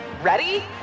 Ready